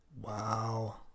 Wow